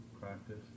practice